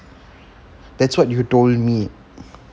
that's what you told me